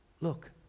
look